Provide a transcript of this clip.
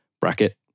bracket